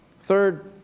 Third